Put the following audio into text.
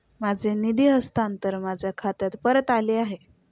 माझे निधी हस्तांतरण माझ्या खात्यात परत आले आहे